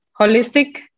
holistic